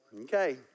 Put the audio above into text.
Okay